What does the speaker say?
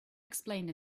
explained